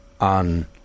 on